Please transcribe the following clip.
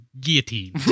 guillotine